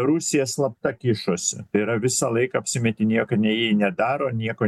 rusija slapta kišosi tai yra visą laiką apsimetinėjo kad nei jie nedaro nieko